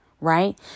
right